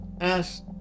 ask